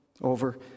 over